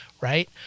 right